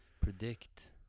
predict